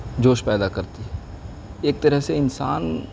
جوش پیدا کرتی ہے ایک طرح سے انسان